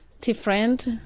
different